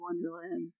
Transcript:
Wonderland